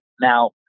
Now